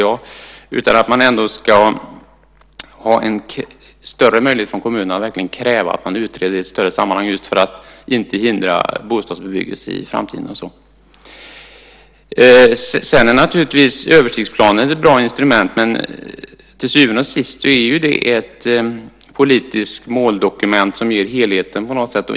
Kommunen ska ha större möjligheter att kräva att man utreder det i ett större sammanhang för att inte hindra bostadsbebyggelse i framtiden. Översiktsplanen är ett bra instrument. Men till syvende och sist är det ett politiskt måldokument som ger helheten.